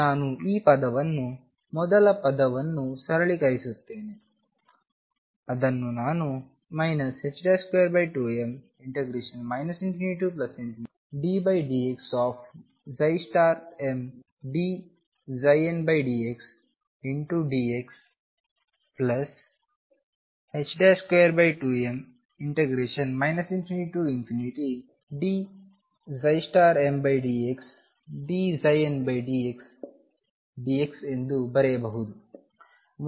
ನಾನು ಈ ಪದವನ್ನು ಮೊದಲ ಪದವನ್ನು ಸರಳೀಕರಿಸುತ್ತೇನೆ ಅದನ್ನು ನಾನು 22m ∞ddxψmdndxdx22m ∞dmdxdndxdx ಎಂದು ಬರೆಯಬಹುದು